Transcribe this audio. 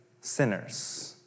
sinners